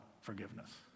forgiveness